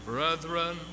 Brethren